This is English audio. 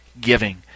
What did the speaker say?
giving